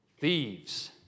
Thieves